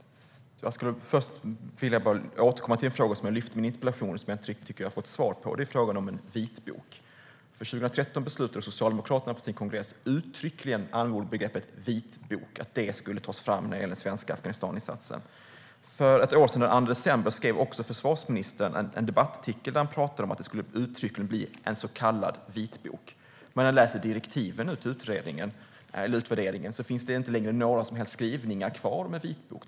Herr talman! Jag skulle vilja återkomma till en fråga som jag lyfte fram i min interpellation och som jag inte riktigt tycker att jag fått svar på. Det är frågan om en vitbok. År 2013 beslutade Socialdemokraterna på sin kongress uttryckligen att en vitbok - man använde just det begreppet - skulle tas fram vad gällde den svenska Afghanistaninsatsen. För ett år sedan, den 2 december, skrev försvarsministern en debattartikel där han uttryckligen sa att det skulle bli en så kallad vitbok. När jag läser direktiven till utvärderingen finns där inte längre några som helst skrivningar om en vitbok.